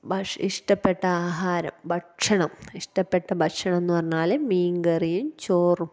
ഭശ് ഇഷ്ടപ്പെട്ട ആഹാരം ഭക്ഷണം ഇഷ്ടപ്പെട്ട ഭക്ഷണമെന്ന് പറഞ്ഞാല് മീന്കറിയും ചോറും